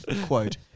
quote